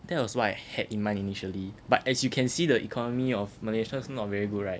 that was what I had in mind initially but as you can see the economy of malaysia is not very good right